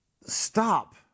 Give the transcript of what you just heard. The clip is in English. stop